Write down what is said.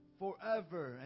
forever